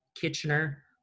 Kitchener